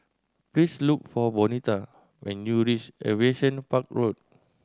please look for Bonita when you reach Aviation Park Road